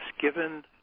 given